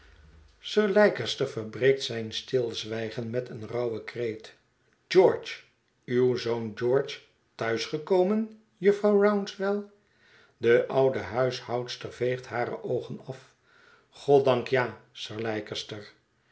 sir leicester verbreekt zijn stilzwijgen met een rauwen kreet george uw zoon george thuis gekomen jufvrouw rouncewell de oude huishoudster veegt hare oogen af goddank ja sir